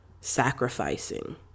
sacrificing